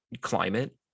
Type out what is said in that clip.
climate